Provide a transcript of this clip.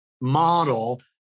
model